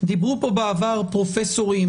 דיברו פה בעבר פרופסורים,